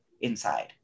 inside